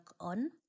on